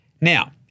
Now